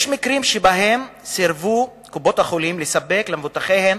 יש מקרים שבהם קופות-החולים סירבו לספק למבוטחיהן